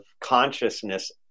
consciousness